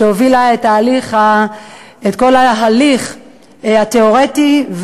שהובילה את כל ההליך התיאורטי,